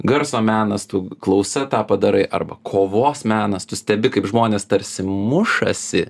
garso menas tu klausa tą padarai arba kovos menas tu stebi kaip žmonės tarsi mušasi